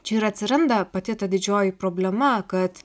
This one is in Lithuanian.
čia ir atsiranda pati ta didžioji problema kad